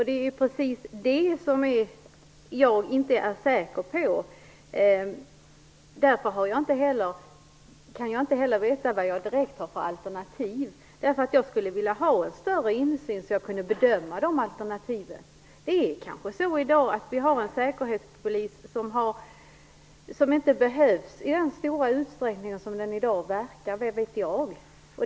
Det är precis det jag inte är säker på, och därför kan jag inte heller veta vilka alternativ jag har. Jag skulle vilja ha större insyn så att jag kunde bedöma de alternativen. Vi har kanske en säkerhetspolis i dag som inte behövs i den stora utsträckning som det verkar, vad vet jag.